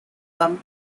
come